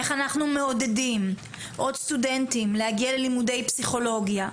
איך אנחנו מעודדים עוד סטודנטים להגיע ללימודי פסיכולוגיה,